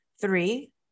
Three